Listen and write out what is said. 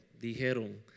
Dijeron